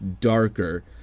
darker